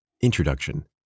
Introduction